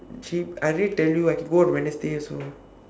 I already tell you I can go on wednesday also